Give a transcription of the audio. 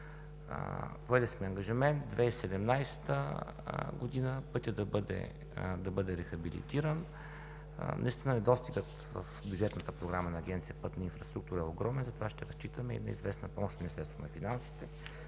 Поели сме ангажимент 2017 г. пътят да бъде рехабилитиран. Наистина недостигът в бюджетната програма на Агенция „Пътна инфраструктура“ е огромен, затова ще разчитаме и на известна помощ от Министерството на финансите